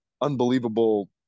unbelievable